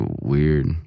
weird